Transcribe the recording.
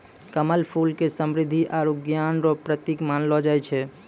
कमल फूल के समृद्धि आरु ज्ञान रो प्रतिक मानलो जाय छै